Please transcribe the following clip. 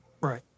Right